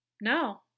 No